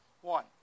one